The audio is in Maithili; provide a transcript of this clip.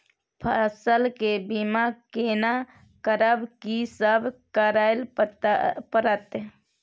फसल के बीमा केना करब, की सब करय परत?